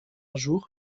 jour